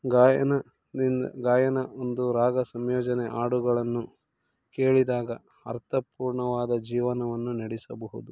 ಗಾಯನದಿಂದ ಗಾಯನ ಒಂದು ರಾಗ ಸಂಯೋಜನೆ ಹಾಡುಗಳನ್ನು ಕೇಳಿದಾಗ ಅರ್ಥಪೂರ್ಣವಾದ ಜೀವನವನ್ನು ನಡೆಸಬಹುದು